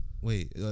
Wait